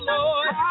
Lord